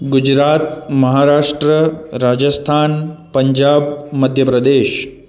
Gujarat Maharashtra Rajasthan Punjab Madhya Pradesh